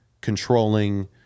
controlling